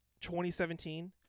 2017